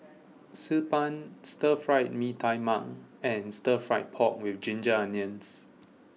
Xi Ban Stir Fried Mee Tai Mak and Stir Fried Pork with Ginger Onions